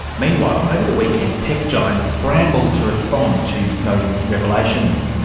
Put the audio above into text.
meanwhile over the weekend tech giants scrambled to respond to snowden's revelation.